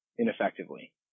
ineffectively